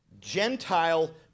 Gentile